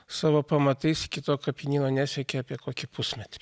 savo pamatais kito kapinyno nesekė apie kokį pusmetrį